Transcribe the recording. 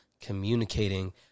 communicating